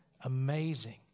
Amazing